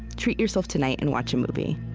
treat yourself tonight and watch a movie